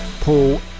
Paul